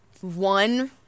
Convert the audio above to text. one